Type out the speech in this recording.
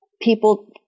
people